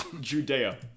Judea